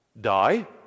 die